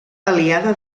aliada